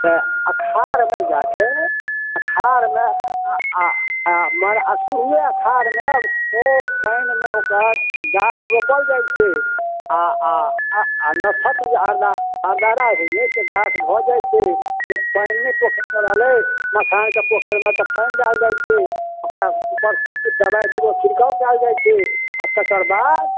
तऽ अखाढ़मे जाके अखाढ़मे आओर आओर आओर मने शुरुए अखाढ़मे ओ पानिमे ओकर गाछ रोपल जाए छै आओर आओर आओर आओर नक्षत्रजे अदरा अरदारा होइ अछि तऽ गाछ भऽ जाए छै जँ पानि नहि पोखरिमे रहलै मखानके पोखरिमे तऽ पानि देल जाए छै ओकरा उपरसे सब दवाइ बीरो छिड़काव कएल जाए छै आओर तकर बाद